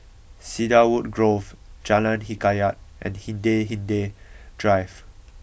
Cedarwood Grove Jalan Hikayat and Hindhede Drive